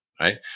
right